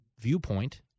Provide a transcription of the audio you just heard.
viewpoint